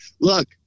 look